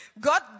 God